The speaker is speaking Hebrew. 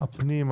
הפנים,